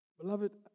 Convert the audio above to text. Beloved